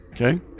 Okay